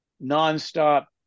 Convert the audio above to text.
non-stop